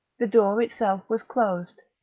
the door itself was closed.